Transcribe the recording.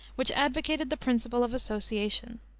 which advocated the principle of association.